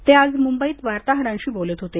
ते आज मुंबईत वार्ताहरांशी बोलत होते